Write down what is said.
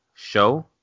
show